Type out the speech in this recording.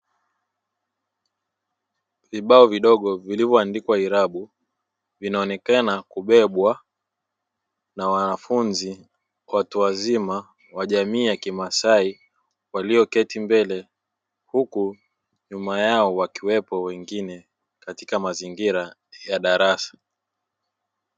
Vibao vidogo vilivyoandikwa irabu vinaonekana kubebwa na wanafunzi watu wazima wa jamii ya kimasai walioketi mbele, huku nyuma yao wakiwepo wengine katika mazingira ya darasa.